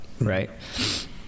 right